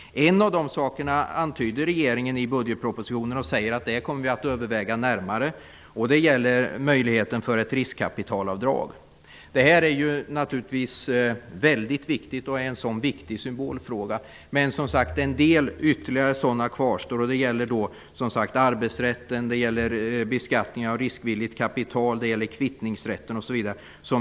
En av de sakerna antydde regeringen i budgetpropositionen och sade sig överväga närmare. Det gäller möjligheten för ett riskkapitalavdrag. Det är naturligtvis väldigt viktigt och en viktig symbolfråga. Men en del ytterligare sådana frågor kvarstår. Det gäller arbetsrätten, beskattningen av riksvilligt kapital, kvittningsrätten, osv.